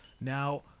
Now